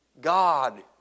God